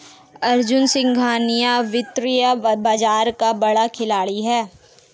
अर्जुन सिंघानिया वित्तीय बाजार का बड़ा खिलाड़ी है